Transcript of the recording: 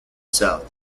south